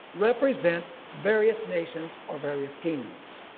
represent various nations or various kingdoms.